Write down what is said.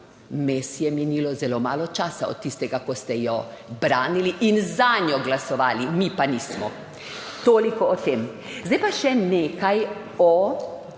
Vmes je minilo zelo malo časa od tistega, ko ste jo branili in zanjo glasovali, mi pa nismo. Toliko o tem. Zdaj pa še nekaj o